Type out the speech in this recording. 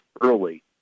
early